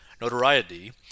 notoriety